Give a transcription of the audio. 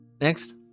Next